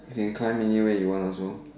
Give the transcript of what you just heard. you can climb anywhere you want also